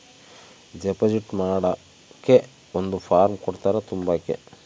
deposit ಮಾಡಕ್ಕೆ ಒಂದ್ form ಕೊಡ್ತಾರ ತುಂಬಕ್ಕೆ